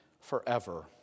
forever